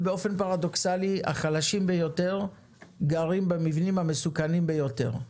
ובאופן פרדוקסלי החלשים ביותר גרים במבנים המסוכנים ביותר.